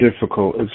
difficult